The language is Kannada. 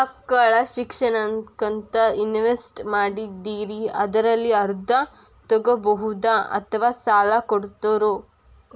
ಮಕ್ಕಳ ಶಿಕ್ಷಣಕ್ಕಂತ ಇನ್ವೆಸ್ಟ್ ಮಾಡಿದ್ದಿರಿ ಅದರಲ್ಲಿ ಅರ್ಧ ತೊಗೋಬಹುದೊ ಅಥವಾ ಸಾಲ ಕೊಡ್ತೇರೊ?